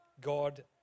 God